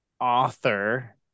author